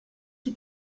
qui